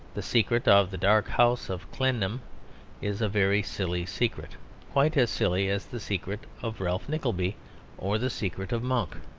the secret of the dark house of clennam is a very silly secret quite as silly as the secret of ralph nickleby or the secret of monk.